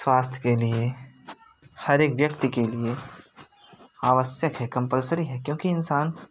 स्वास्थ्य के लिए हर एक व्यक्ति के लिए आवश्यक है कंपलसरी है क्योंकि इंसान